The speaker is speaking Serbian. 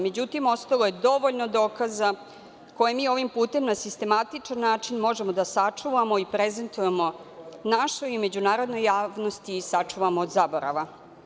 Međutim, ostalo je dovoljno dokaza koji mi ovim putem na sistematičan način možemo da sačuvamo i prezentujemo našoj i međunarodnoj javnosti i sačuvamo od zaborava.